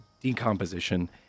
decomposition